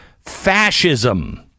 fascism